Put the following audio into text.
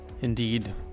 Indeed